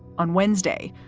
on wednesday,